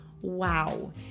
wow